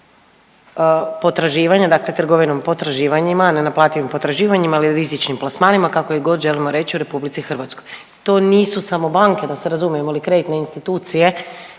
potraživanja, dakle trgovinom potraživanjima, nenaplativim potraživanjima ili rizičnim plasmanima, kako ih god želimo reć u RH. To nisu samo banke da se razumijemo ili kreditne institucije